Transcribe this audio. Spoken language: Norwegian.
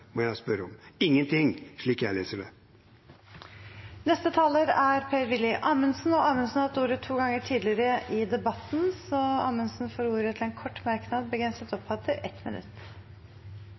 må jeg spørre om. Det er ingenting, slik jeg leser det. Representanten Per-Willy Amundsen har hatt ordet to ganger tidligere i debatten og får ordet til en kort merknad, begrenset til 1 minutt.